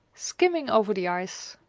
skimming over the ice.